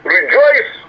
Rejoice